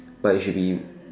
but you should be